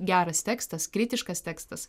geras tekstas kritiškas tekstas